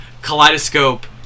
kaleidoscope